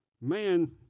man